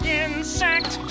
insect